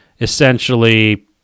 essentially